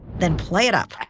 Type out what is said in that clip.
then play it up. like